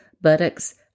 buttocks